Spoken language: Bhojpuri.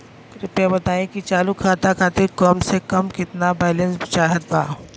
कृपया बताई कि चालू खाता खातिर कम से कम केतना बैलैंस चाहत बा